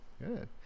Good